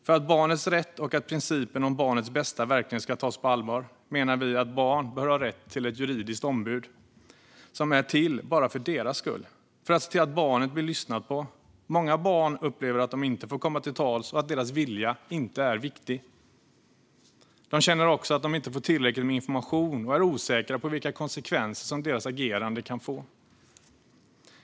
För att barnets rätt och att principen om barnets bästa verkligen ska tas på allvar menar vi att barn bör ha rätt till ett juridiskt ombud som är till bara för deras skull och för att se till att barnen blir lyssnade på. Många barn upplever att de inte får komma till tals och deras vilja inte är viktig. De känner också att de inte fått tillräckligt med information och är osäkra på vilka konsekvenser deras agerande kan få.